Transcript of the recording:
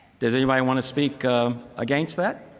does anybody want to speak against that?